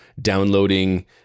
downloading